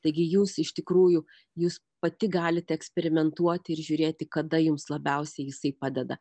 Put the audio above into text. taigi jūs iš tikrųjų jūs pati galite eksperimentuoti ir žiūrėti kada jums labiausiai jisai padeda